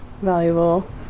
valuable